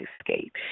escape